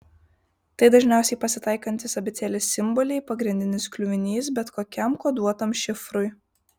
tai dažniausiai pasitaikantys abėcėlės simboliai pagrindinis kliuvinys bet kokiam koduotam šifrui